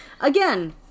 Again